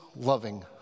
loving